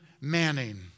Manning